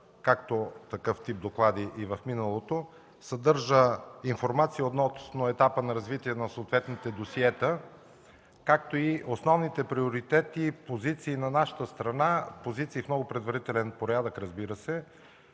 както такъв тип доклади и в миналото, информация относно етапа на развитие на съответните досиета, както и основните приоритети и позиции на нашата страна – позиции в много предварителен порядък, разбира се,